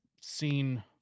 seen